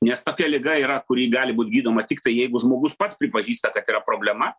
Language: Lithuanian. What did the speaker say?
nes tokia liga yra kuri gali būt gydoma tiktai jeigu žmogus pats pripažįsta kad yra problema